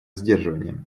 сдерживания